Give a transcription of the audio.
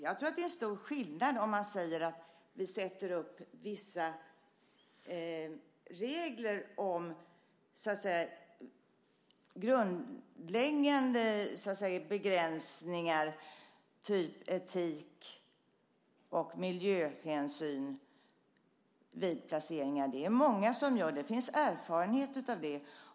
Jag tror att det är stor skillnad på om man säger att vi sätter upp vissa regler eller om det gäller grundläggande begränsningar, typ etik och miljöhänsyn, vid placeringar. Det är många som gör så. Det finns erfarenhet av det.